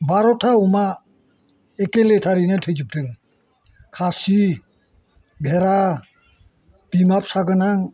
बार'था अमा एखेलेथारैनो थैजोबदों खासि भेरा बिमा फिसा गोनां